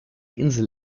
insel